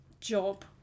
job